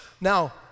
Now